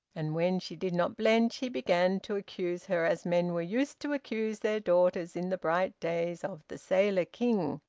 and when she did not blench, he began to accuse her as men were used to accuse their daughters in the bright days of the sailor king.